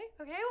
Okay